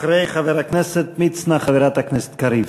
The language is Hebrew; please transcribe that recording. אחרי חבר הכנסת מצנע, חברת הכנסת קריב.